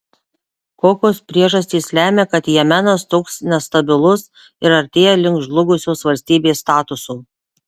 kokios priežastys lemia kad jemenas toks nestabilus ir artėja link žlugusios valstybės statuso